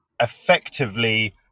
effectively